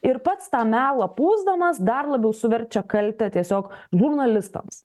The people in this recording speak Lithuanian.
ir pats tą melą pūsdamas dar labiau suverčia kaltę tiesiog žurnalistams